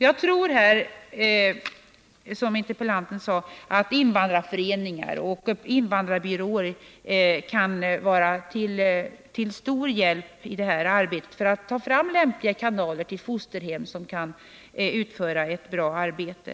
Jag tror att invandrarföreningar och invandrarbyråer, som interpellanten sade, kan vara till stor hjälp när det gäller att finna kanaler till fosterhem som kan utföra ett bra arbete.